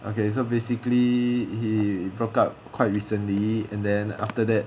okay so basically he broke up quite recently and then after that